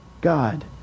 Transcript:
God